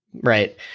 Right